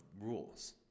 rules